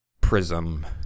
Prism